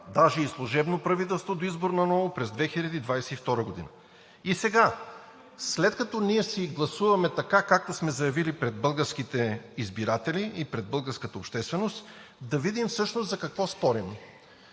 даже и служебно правителство до избор на ново, през 2022 г. И сега, след като ние си гласуваме, така както сме заявили пред българските избиратели и пред българската общественост, да видим всъщност за какво спорим?